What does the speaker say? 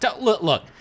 Look